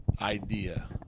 idea